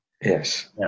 Yes